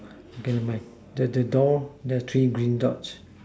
okay never mind the the doll the three green dots